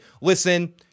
Listen